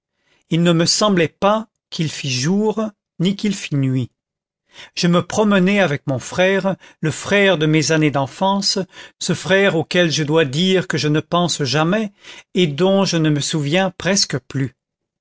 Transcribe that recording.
il ne me semblait pas qu'il fît jour ni qu'il fît nuit je me promenais avec mon frère le frère de mes années d'enfance ce frère auquel je dois dire que je ne pense jamais et dont je ne me souviens presque plus